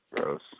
Gross